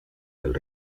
del